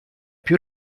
più